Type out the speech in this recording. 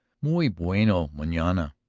muy bueno manana.